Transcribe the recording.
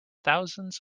thousands